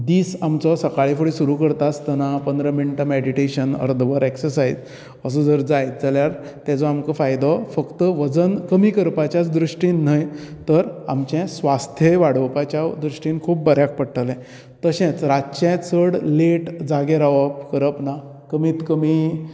दिस आमचो सकाळ फुडे सुरू करता आसतना पंदरा मिनटां मॅडिटेशन अर्दवर ऍक्सरसायज असो जर जायत जाल्यार तेचो आमकां फायदो फक्त वजन कमी करपाच्याच दृश्टीन न्हय तर आमचे स्वास्थ्य वाडोवपाच्या दृश्टीन खूब बऱ्याक पडटले तशें रातचे चड लेट जागें रावप करप ना आनी कमीत कमी